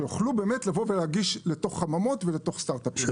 שיוכלו להגיש לתוך חממות ולתוך סטארט אפ.